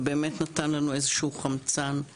זה באמת נתן לנו איזשהו חמצן.